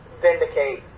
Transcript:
Vindicate